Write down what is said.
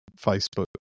Facebook